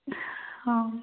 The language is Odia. ହଁ